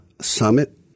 Summit